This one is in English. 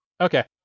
Okay